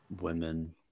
Women